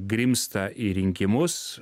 grimzta į rinkimus